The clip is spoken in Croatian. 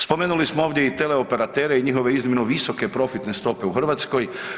Spomenuli smo ovdje i teleoperatere i njihove iznimno visoke profitne stope u Hrvatskoj.